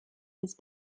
his